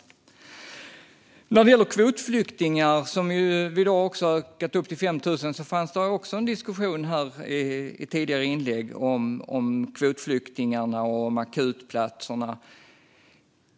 Antalet kvotflyktingar har ökat till 5 000, och det fanns en diskussion i tidigare inlägg om kvotflyktingarna och akutplatserna.